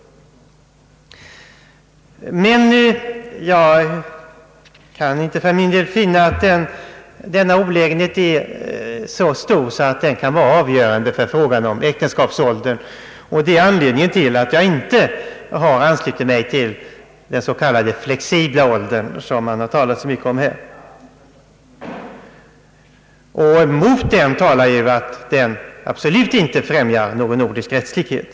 Jag kan inte finna att den olägenheten är så stor, att den bör vara avgörande för frågan om äktenskapsåldern. Det är anledningen till att jag inte har anslutit mig till den s.k. flexibla ålder som det talats om så mycket här. Mot en sådan åldersgräns talar att den absolut inte främjar någon nordisk rättslikhet.